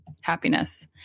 happiness